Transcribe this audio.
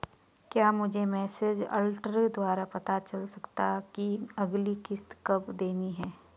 क्या मुझे message alert द्वारा पता चल सकता कि अगली किश्त कब देनी है?